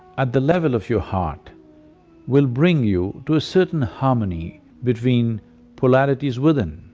at the level of your heart will bring you to a certain harmony between polarities within.